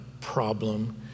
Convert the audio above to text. problem